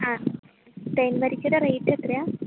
ആ തേൻവരിക്കയുടെ റേറ്റ് എത്രയാ